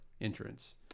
entrance